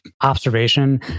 observation